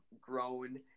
grown